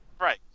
right